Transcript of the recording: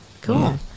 cool